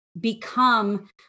become